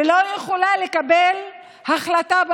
ולא יכולה לקבל החלטה במיידי.